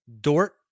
Dort